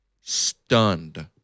stunned